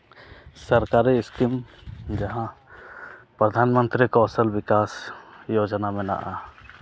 ᱥᱚᱨᱠᱟᱨᱤ ᱤᱥᱠᱤᱢ ᱡᱟᱦᱟᱸ ᱯᱟᱨᱫᱷᱟᱱ ᱢᱚᱱᱛᱨᱤ ᱠᱚᱣᱥᱳᱞ ᱵᱤᱠᱟᱥ ᱡᱳᱡᱳᱱᱟ ᱢᱮᱱᱟᱜᱼᱟ